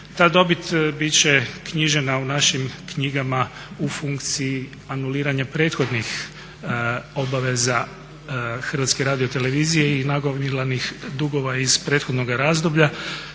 Ta dobit bit će knjižena u našim knjigama u funkciji anuliranja prethodni obaveza HRT-a i nagomilanih dugova iz prethodnoga razdoblja